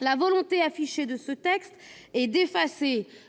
La volonté affichée de ce texte est-